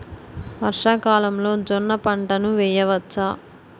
వర్షాకాలంలో జోన్న పంటను వేయవచ్చా?